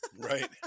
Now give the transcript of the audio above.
Right